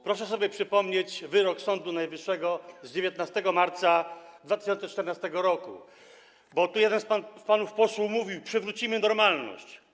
Proszę sobie przypomnieć wyrok Sądu Najwyższego z 19 marca 2014 r., bo jeden z panów posłów mówił: przywrócimy normalność.